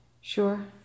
Sure